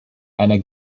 einer